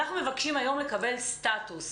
אנחנו מבקשים לקבל היום סטטוס.